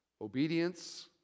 Obedience